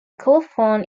colophon